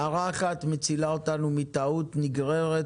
הערה אחת מצילה אותנו מטעות נגררת